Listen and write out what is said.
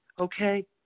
Okay